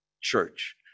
church